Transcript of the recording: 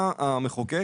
בא המחוקק